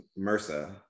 MRSA